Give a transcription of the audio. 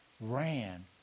ran